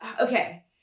okay